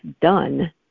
done